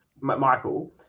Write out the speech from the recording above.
Michael